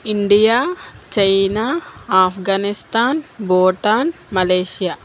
India China Afghanistan Bhutan Malaysia